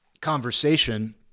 conversation